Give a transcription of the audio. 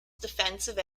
defensive